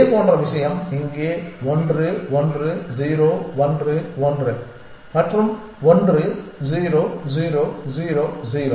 இதேபோன்ற விஷயம் இங்கே 1 1 0 1 1 மற்றும் 1 0 0 0 0